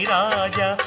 Raja